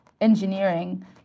engineering